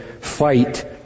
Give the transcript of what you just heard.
fight